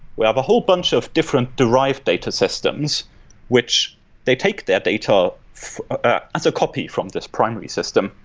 we have a whole bunch of different derived data systems which they take their data as a copy from this primary system,